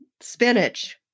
spinach